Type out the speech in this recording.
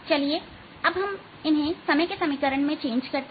चलिए अब हम इन्हें समय के समीकरण टाइम इक्वेशन में चेंज करते हैं